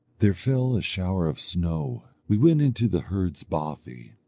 there fell a shower of snow. we went into the herd's bothy,